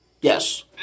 Yes